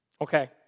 Okay